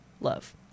love